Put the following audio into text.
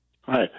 Hi